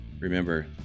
Remember